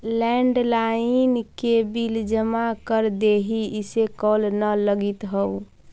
landline के bill जमा कर देहीं, इसे कॉल न लगित हउ